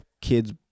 kid's